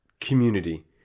community